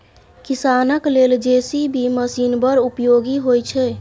किसानक लेल JCB machine बड़ उपयोगी होइ छै